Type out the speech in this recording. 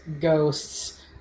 ghosts